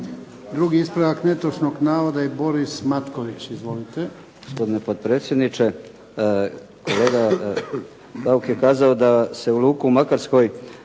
Drugi ispravak netočnog navoda je Boris Matković. Izvolite.